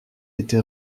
été